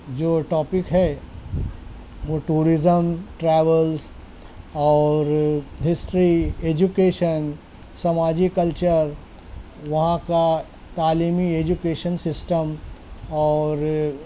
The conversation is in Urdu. جو ٹاپک ہے وہ ٹوریزم ٹراویلس اور ہسٹری ایجوکیشن سماجی کلچر وہاں کا تعلیمی ایجوکیشن سسٹم اور